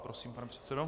Prosím, pane předsedo.